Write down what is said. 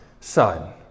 son